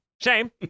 Shame